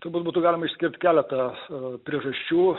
turbūt būtų galima išskirt keletą priežasčių